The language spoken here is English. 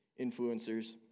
influencers